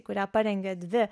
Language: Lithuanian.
kurią parengė dvi